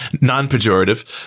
non-pejorative